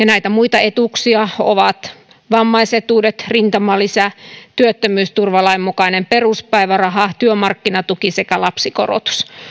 näitä muita etuuksia ovat vammaisetuudet rintamalisä työttömyysturvalain mukainen peruspäiväraha työmarkkinatuki sekä lapsikorotus